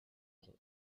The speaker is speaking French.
rentre